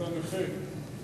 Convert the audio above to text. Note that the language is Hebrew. לוועדת החוקה, חוק ומשפט נתקבלה.